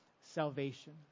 salvation